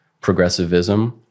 progressivism